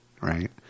right